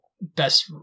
best